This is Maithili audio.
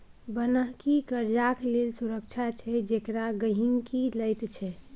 बन्हकी कर्जाक लेल सुरक्षा छै जेकरा गहिंकी लैत छै